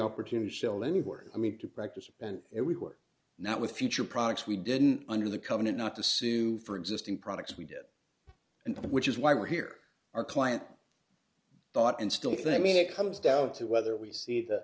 opportunity shell anywhere i mean to practice append if we were not with future products we didn't under the covenant not to sue for existing products we did and which is why we're here our client thought and still think mean it comes down to whether we see th